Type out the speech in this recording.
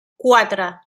quatre